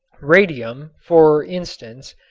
radium, for instance,